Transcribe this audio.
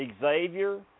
Xavier